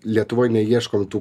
lietuvoje neieškome tų